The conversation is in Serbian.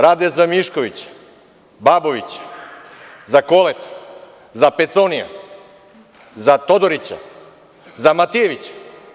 Rade za Miškovića, Babovića, za Koleta, za Peconija, za Todorića, za Matijevića.